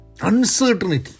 Uncertainty